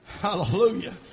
Hallelujah